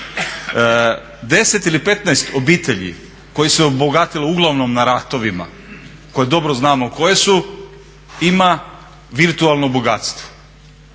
10 ili 15 obitelji kojih se obogatilo uglavnom na ratovima, koje dobro znamo koje su ima virtualno bogatstvo.